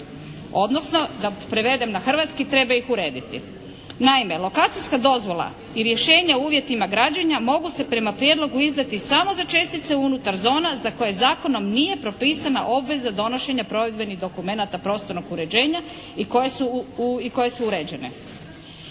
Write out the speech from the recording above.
odnosno da prevedem na hrvatski treba ih urediti. Naime, lokacijska dozvola i rješenje u uvjetima građenja mogu se prema prijedlogu izdati samo za čestice unutar zona za koje zakonom nije propisana obveza donošenja provedbenih dokumenata prostornog uređenja i koje su uređene.